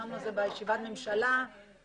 אני